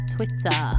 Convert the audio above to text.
Twitter